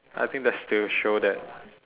I think that's to show that